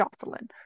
Jocelyn